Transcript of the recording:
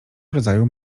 rodzaju